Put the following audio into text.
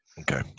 Okay